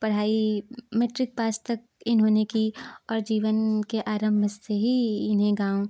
पढ़ाई matric pass तक इन्होंने की और जीवन के आरंभ से ही इन्हें गाँव